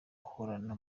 uhorana